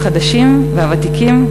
החדשים והוותיקים,